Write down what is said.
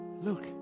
look